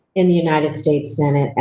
in the united states senate,